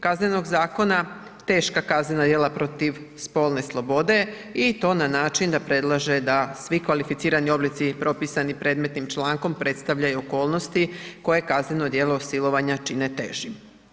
Kaznenog zakona teška kaznena djela protiv spolne slobode i to na način da predlaže da svi kvalificirani oblici propisani predmetnim člankom predstavljaju okolnosti koje kazneno djelo silovanja čine težim.